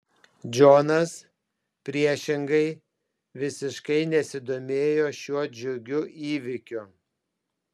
džonas priešingai visiškai nesidomėjo šiuo džiugiu įvykiu